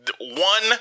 One